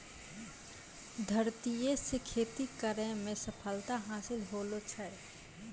धरतीये से खेती करै मे सफलता हासिल होलो छै